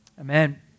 Amen